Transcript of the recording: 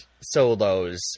solos